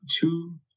two